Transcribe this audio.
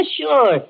sure